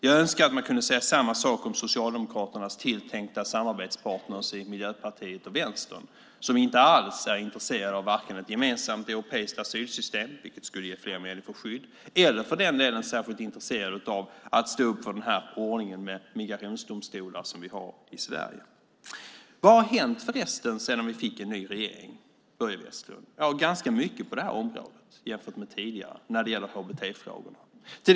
Jag önskar att man kunde säga samma sak om Socialdemokraternas tilltänkta samarbetspartner i Miljöpartiet och Vänstern som inte alls är intresserade av ett gemensamt europeiskt asylsystem, vilket skulle ge fler människor skydd. De är för den delen inte heller särskilt intresserade av att stå upp för den ordning med migrationsdomstolar som vi har i Sverige. Vad har förresten hänt sedan vi fick en ny regering, Börje Vestlund? Det är ganska mycket på det här området, jämfört med tidigare, när det gäller hbt-frågorna.